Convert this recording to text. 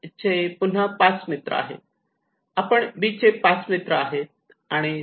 'ए' चे पुन्हा 5 मित्र आहेत आणि 'बी' चे 5 मित्र आहेत आणि त्यांचे स्वत चे नेटवर्क आहे